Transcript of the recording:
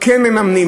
כן מממנים,